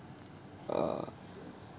err